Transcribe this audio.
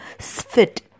fit